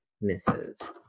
misses